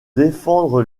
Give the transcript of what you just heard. défendre